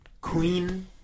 Queen